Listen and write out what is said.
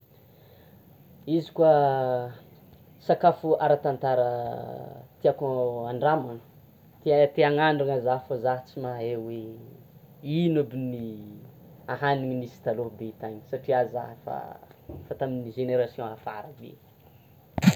Izy koa sakafo ara-tantara tiako handramana, tegna te hanandrana za fa za tsy mahay hoe: ino aby ny ahanina nisy taloha be tagny satria za efa, efa tamin'ny génération afara aty.